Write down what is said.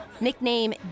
Nickname